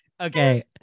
Okay